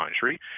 country